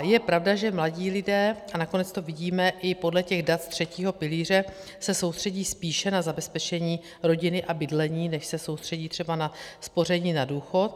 Je pravda, že mladí lidé, a nakonec vidíme i podle těch dat z třetího pilíře, se soustředí spíše na zabezpečení rodiny a bydlení, než se soustředí třeba na spoření na důchod.